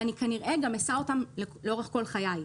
ואני כנראה גם אשא אותן לאורך כל חיי.